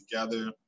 together